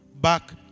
back